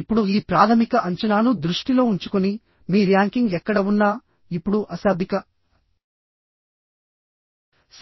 ఇప్పుడుఈ ప్రాథమిక అంచనాను దృష్టిలో ఉంచుకుని మీ ర్యాంకింగ్ ఎక్కడ ఉన్నా ఇప్పుడు అశాబ్దిక